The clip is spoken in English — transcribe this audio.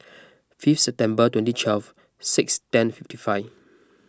fifth September twenty twelve six ten fifty five